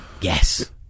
Yes